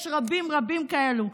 יש רבים רבים כאלה.